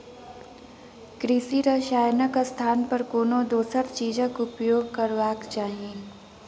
कृषि रसायनक स्थान पर कोनो दोसर चीजक उपयोग करबाक चाही